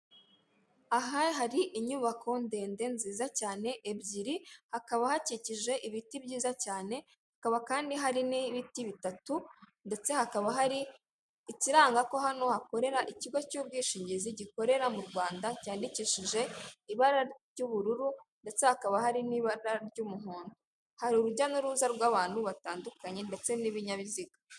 Aha hari inyubako ndende nziza cyane ebyiri hakaba hakikije ibiti byiza cyane hakaba kandi hari n'ibiti bitatu ndetse hakaba hari ikiranga ko hano hakorera ikigo cy'ubwishingizi gikorera mu rwanda cyandikishije ibara ry'ubururu ndetse hakaba hari n'ibara ry'umuhondo. Hari urujya n'uruza rw'abantu batandukanye, ndetse n'ibinyabiziga.